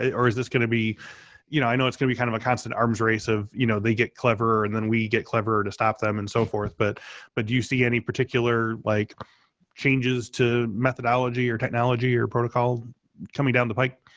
ah or is this going to be you know i know it's going to be kind of a constant arms race of you know they get clever and then we get clever to stop them and so forth. but but do you see any particular like changes to methodology or technology or protocol coming down the pike?